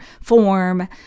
form